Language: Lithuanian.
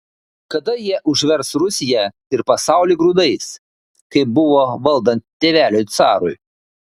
kada jie užvers rusiją ir pasaulį grūdais kaip buvo valdant tėveliui carui